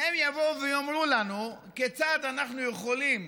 שהם יבואו ויאמרו לנו כיצד אנחנו יכולים